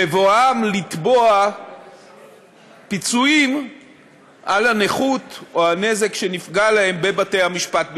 בבואם לתבוע פיצויים על הנכות או הנזק שנגרם להם בבתי-המשפט בישראל.